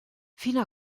fino